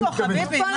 עובדים פה, חביבי.